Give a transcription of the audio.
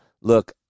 Look